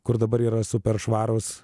kur dabar yra super švarūs